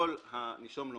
יכול הנישום לומר: